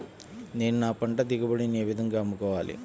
నేను నా పంట దిగుబడిని ఏ విధంగా అమ్ముకోవాలి?